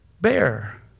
bear